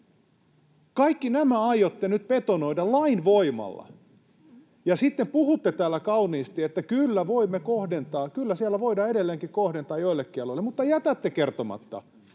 Kaikki nämä aiotte nyt betonoida lain voimalla. Ja sitten puhutte täällä kauniisti, että kyllä voimme kohdentaa, kyllä siellä voidaan edelleenkin kohdentaa joillekin aloille. Mutta jätätte kertomatta,